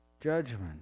judgment